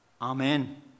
Amen